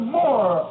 more